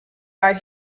out